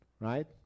right